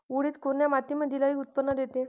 उडीद कोन्या मातीमंदी लई उत्पन्न देते?